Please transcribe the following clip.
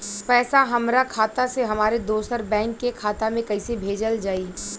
पैसा हमरा खाता से हमारे दोसर बैंक के खाता मे कैसे भेजल जायी?